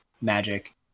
magic